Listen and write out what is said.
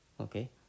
Okay